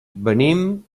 venim